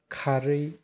खारै